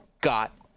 got